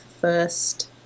first